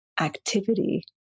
activity